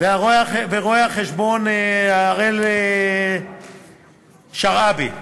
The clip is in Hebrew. ולרואה-החשבון הראל שרעבי,